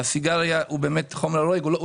הסיגריה באמת הורגת.